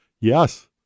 Yes